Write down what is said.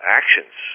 actions